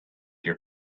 your